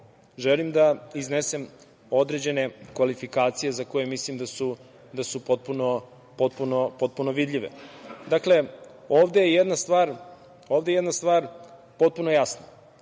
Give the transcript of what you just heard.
želim da iznesem određene kvalifikacije za koje mislim da su potpuno vidljive. Dakle, ovde je jedna stvar potpuno jasna,